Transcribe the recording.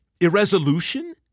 Irresolution